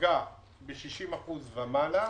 שייפגע מ-60% ומעלה,